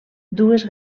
dues